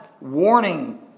warning